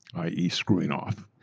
i. e, screwing off.